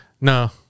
no